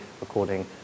recording